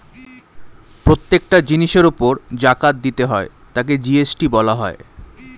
প্রত্যেকটা জিনিসের উপর জাকাত দিতে হয় তাকে জি.এস.টি বলা হয়